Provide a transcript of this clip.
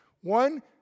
One